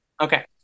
Okay